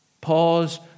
Pause